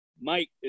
Mike